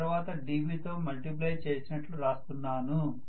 ఆ తర్వాత dB తో మల్టిప్లై చేసినట్లు రాస్తున్నాను